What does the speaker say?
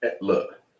Look